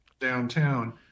downtown